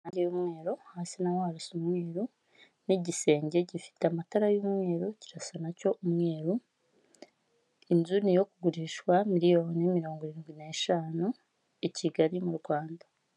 Amarange y'umweru hasi naho harasa umweru, n'igisenge gifite amatara y'umweru, kirasa na cyo umweru, inzu ni yo kugurishwa miliyoni mirongo irindwi n'eshanu i Kigali mu Rwanda.